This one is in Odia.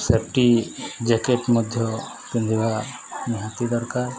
ସେଫ୍ଟି ଜ୍ୟାକେଟ୍ ମଧ୍ୟ ପିନ୍ଧିବା ନିହାତି ଦରକାର